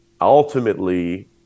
Ultimately